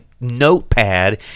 notepad